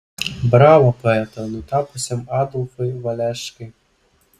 bravo poetą nutapiusiam adolfui valeškai